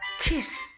Kiss